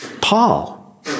Paul